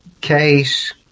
case